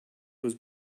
was